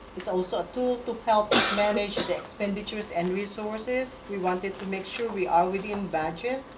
it's also to to help manage the expenditures and resources. we wanted to make sure we are within budget,